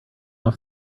off